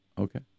okay